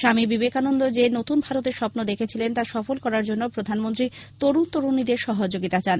স্বামী বিবেকানন্দ যে নতুন ভারতের স্বপ্ন দেখেছিলেন তা সফল করার জন্য প্রধানমন্ত্রী তরুণ তরুণীদের সহযোগিতা চান